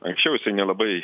anksčiau jisai nelabai